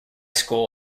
school